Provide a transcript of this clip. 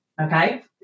okay